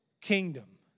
kingdom